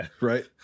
Right